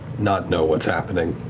not know what's happening.